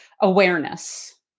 awareness